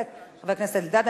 לסדר-היום,